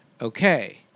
okay